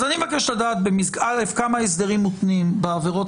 אז אני מבקש לדעת כמה הסדרים מותנים בעבירות